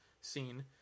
scene